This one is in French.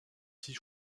six